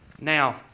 Now